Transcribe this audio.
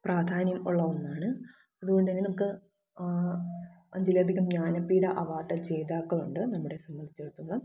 പ്രാധാന്യം ഉള്ള ഒന്നാണ് അതുകൊണ്ടുതന്നെ നമുക്ക് അഞ്ചിലധികം ജ്ഞാനപീഠ അവാർഡ് ജേതാക്കളുണ്ട് നമ്മളെ സംബന്ധിച്ചിടത്തോളം